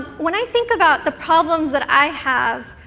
when i think about the problems that i have,